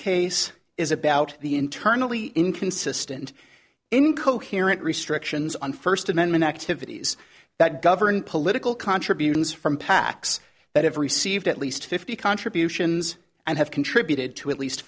case is about the internally inconsistent incoherent restrictions on first amendment activities that govern political contributions from pacs that have received at least fifty contributions and have contributed to at least